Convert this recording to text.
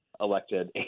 elected